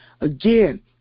Again